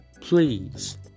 please